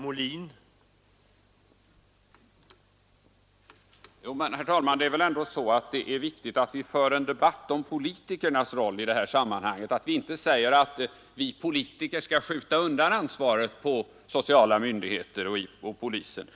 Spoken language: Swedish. Herr talman! Det är väl ändå viktigt att det förs en debatt om politikernas roll i det här sammanhanget, att vi inte säger att vi politiker skall skjuta över ansvaret på sociala myndigheter och på polisen.